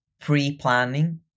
pre-planning